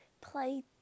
play